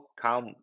come